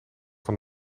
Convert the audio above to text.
van